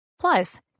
Plus